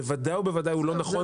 ובוודאי ובוודאי לא נכון בזמננו.